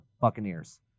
Buccaneers